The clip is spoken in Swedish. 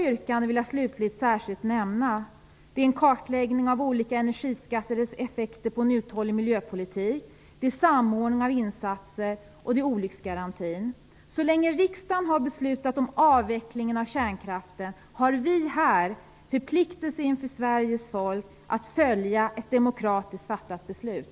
Jag vill slutligen särskilt nämna några av våra yrkanden: - en kartläggning av olika energiskatters effekter på en uthållig miljöpolitik, Riksdagen har beslutat om avveckling av kärnkraften, och vi har här en förpliktelse inför Sveriges folk att följa detta demokratiskt fattade beslut.